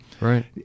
Right